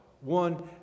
one